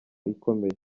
ikomeye